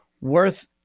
worth